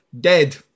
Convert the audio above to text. dead